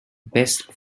best